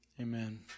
Amen